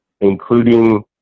including